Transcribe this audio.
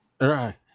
Right